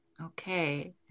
okay